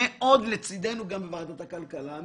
שהם גם לצידנו בוועדת הכלכלה,